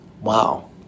Wow